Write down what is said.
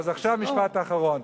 אז עכשיו המשפט האחרון.